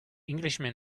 englishman